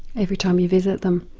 every time you visit them.